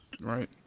right